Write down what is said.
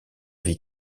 vie